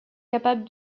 capable